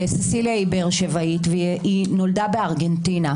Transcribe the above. ססיליה היא באר שבעית, היא נולדה בארגנטינה.